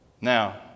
Now